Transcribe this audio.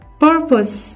purpose